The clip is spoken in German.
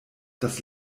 das